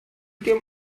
dem